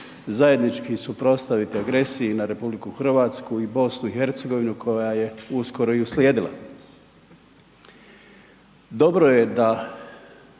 zajednički suprotstaviti agresiji na RH i BiH, koja je uskoro i uslijedila. Dobro je da